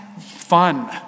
fun